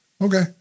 Okay